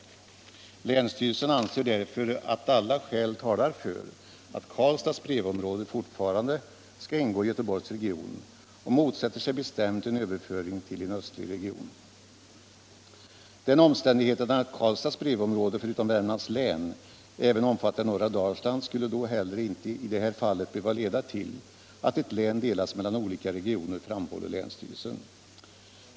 Länsstyrelsen anser därför att alla skäl talar för att Karlstads brevområde fortfarande skall ingå i Göteborgs region och motsätter sig bestämt en överföring till en östlig region. Den omständigheten att Karlstads brevområde förutom Värmlands län även om 205 postverket fattar norra Dalsland skulle då heller inte i detta fall behöva leda till att ett län delas mellan olika regioner, framhåller länsstyrelsen.